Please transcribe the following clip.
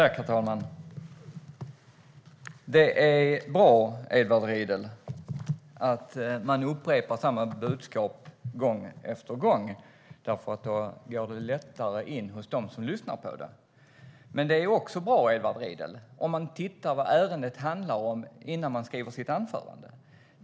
Herr talman! Det är bra, Edward Riedl, att upprepa samma budskap gång på gång, för då går det lättare in hos dem som lyssnar. Men det är också bra, Edward Riedl, om man tittar på vad ärendet handlar om innan man skriver sitt anförande.